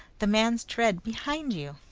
the man's tread behind you!